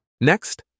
Next